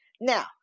Now